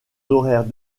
horaires